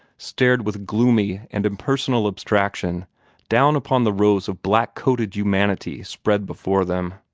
stared with gloomy and impersonal abstraction down upon the rows of blackcoated humanity spread before them.